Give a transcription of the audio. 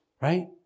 right